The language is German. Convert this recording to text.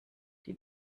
die